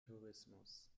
tourismus